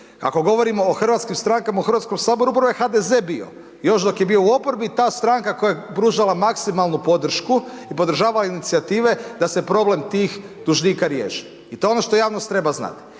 Ako govorimo o hrvatskim stankama u Hrvatskom saboru upravo je HDZ bio još dok je bio u oporbi ta stranka koja je pružala maksimalnu podršku i podržavala inicijative da se problem tih dužnika riješi. I to je ono što javnost treba znati.